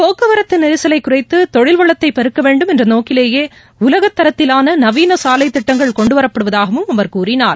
போக்குவரத்துநெரிசலைகுறைத்துதொழில் வளத்தைபெருக்கவேண்டும் என்றநோக்கிலேயேஉலகத்தரத்திலானநவீனசாலைத் திட்டங்கள் கொண்டுவரப்படுவதாகவும் அவர் கூறினார்